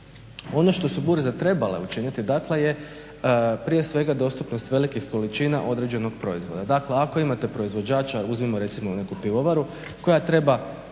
Ono što su burze trebale učiniti, dakle je prije svega dostupnost velikih količina određenog proizvoda. Dakle, ako imate proizvođača, uzmimo recimo neku pivovaru, koja treba